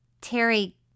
Terry